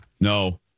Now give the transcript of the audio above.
No